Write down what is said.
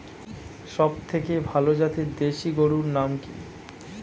সবথেকে ভালো জাতের দেশি গরুর নাম কি?